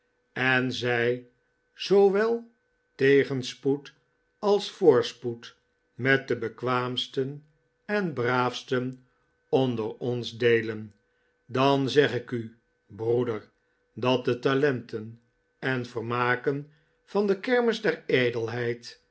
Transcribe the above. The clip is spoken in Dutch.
en zij zoowel tegenspoed als voorspoed met de bekwaamsten en braafsten onder ons deelen dan zeg ik u broeder dat de talenten en vermaken van de kermis der